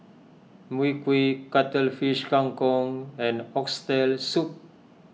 Mui Kee Cuttlefish Kang Kong and Oxtail Soup